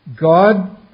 God